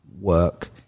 work